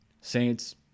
Saints